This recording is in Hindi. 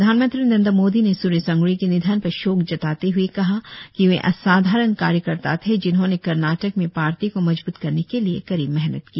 प्रधानमंत्री नरेंद्र मोदी ने स्रेश अंगड़ी के निधन पर शोक जताते हुए कहा कि वे असाधारण कार्यकर्ता थे जिन्होंने कर्नाटक में पार्टी को मजबूत करने के लिए कड़ी मेहनत की